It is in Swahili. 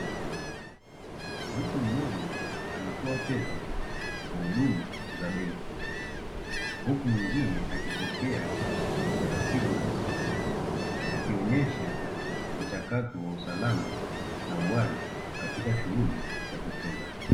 Mtu mmoja anatoa fedha kwa huduma za benki, huku mwingine akipokea kwa utaratibu rasmi; akionyesha mchakato wa usalama na uwazi katika shughuli za kifedha.